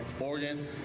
Oregon